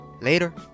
Later